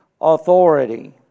authority